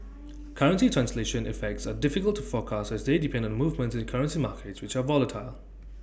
currency translation effects are difficult to forecast as they depend on movements in currency markets which are volatile